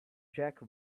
jack